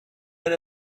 than